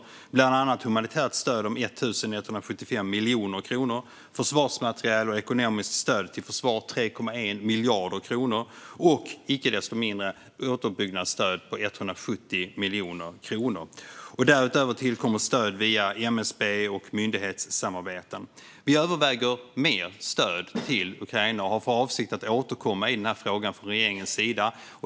Det gäller bland annat humanitärt stöd om 1 175 miljoner kronor, försvarsmateriel och ekonomiskt stöd till försvar på 3,1 miljarder kronor och icke minst återuppbyggnadsstöd på 170 miljoner kronor. Därutöver tillkommer stöd via MSB och myndighetssamarbeten. Vi överväger mer stöd till Ukraina och har för avsikt att återkomma i den här frågan från regeringens sida.